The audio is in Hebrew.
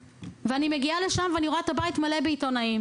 ואני מגיעה לשם ואני רואה את הבית מלא בעיתונאים,